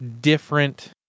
different